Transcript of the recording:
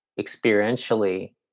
experientially